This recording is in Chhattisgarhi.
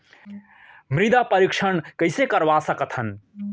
मृदा परीक्षण कइसे करवा सकत हन?